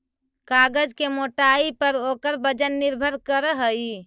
कागज के मोटाई पर ओकर वजन निर्भर करऽ हई